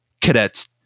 cadets